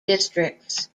districts